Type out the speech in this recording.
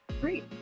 great